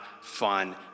fun